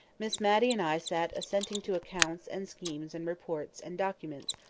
miss matty and i sat assenting to accounts, and schemes, and reports, and documents,